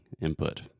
input